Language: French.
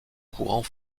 courant